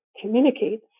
communicates